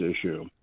issue